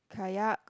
kayak